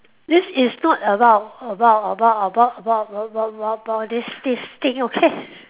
this is not about about about about about about about this this this thing okay